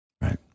Right